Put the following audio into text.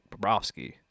Bobrovsky